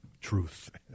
truth